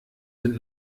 sind